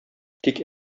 тик